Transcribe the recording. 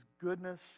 goodness